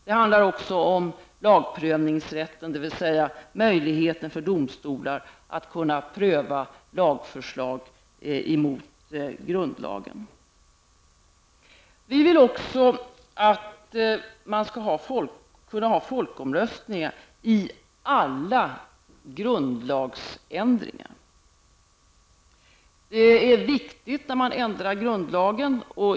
Det handlar också om lagprövningsrätten, dvs. möjligheter för domstolar att pröva lagförslag mot grundlagen. Vi vill också att man skall kunna ha folkomröstningar i alla frågor som gäller grundlagsändringar. Grundlagsändringar är viktiga frågor.